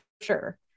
Sure